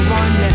one